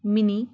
mini